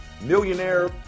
millionaire